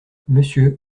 monsieur